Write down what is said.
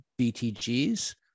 BTGs